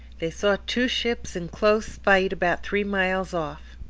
they saw two ships in close fight about three miles off.